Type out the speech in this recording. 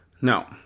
Now